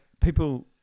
people